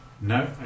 No